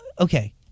okay